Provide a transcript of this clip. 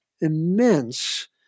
immense